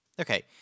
Okay